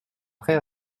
prêts